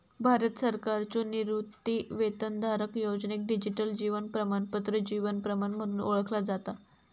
भारत सरकारच्यो निवृत्तीवेतनधारक योजनेक डिजिटल जीवन प्रमाणपत्र जीवन प्रमाण म्हणून ओळखला जाता